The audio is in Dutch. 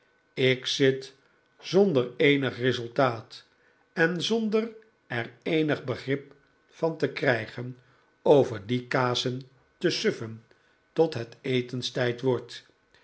ik zit zonder eenig resultaat en zonder er eenig begrip van te krijgen over die kazen te suffen tot het etenstijd wordt